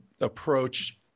approach